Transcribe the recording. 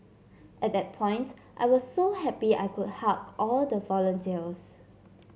at that point I was so happy I could hug all the volunteers